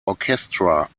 orchestra